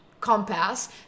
Compass